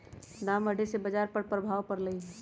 दाम बढ़े से बाजार पर प्रभाव परलई ह